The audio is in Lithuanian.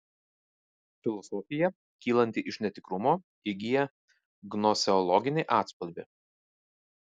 filosofija kylanti iš netikrumo įgyja gnoseologinį atspalvį